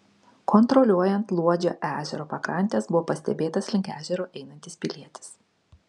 kontroliuojant luodžio ežero pakrantes buvo pastebėtas link ežero einantis pilietis